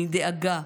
מדאגה,